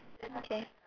okay